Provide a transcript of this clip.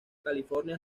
california